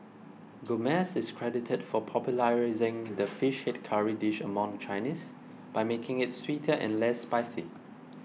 Gomez is credited for popularising the fish head curry dish among Chinese by making it sweeter and less spicy